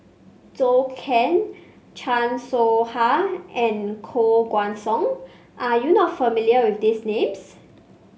Zhou Can Chan Soh Ha and Koh Guan Song are you not familiar with these names